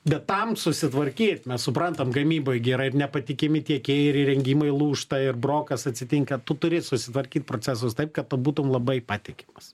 bet tam susitvarkyt mes suprantam gamyboj gi yra ir nepatikimi tiekėjai ir įrengimai lūžta ir brokas atsitinka tu turi susitvarkyt procesus taip kad tu būtum labai patikimas